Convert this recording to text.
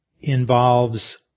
involves